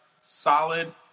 solid